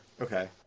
Okay